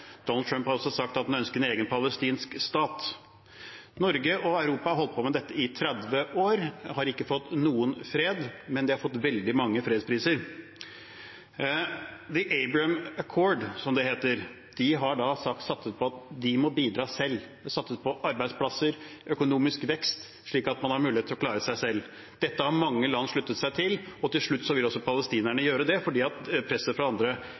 Donald Trump har også sagt at han ønsker en egen palestinsk stat. Norge og Europa har holdt på med dette i 30 år og har ikke fått noen fred, men de har fått veldig mange fredspriser. The Abraham Accords, som det heter, har satset på at de må bidra selv. De har satset på arbeidsplasser og økonomisk vekst, slik at man har mulighet til å klare seg selv. Dette har mange land sluttet seg til, og til slutt vil også palestinerne gjøre det, fordi presset fra andre